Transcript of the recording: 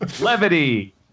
Levity